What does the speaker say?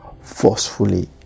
forcefully